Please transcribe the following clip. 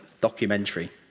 documentary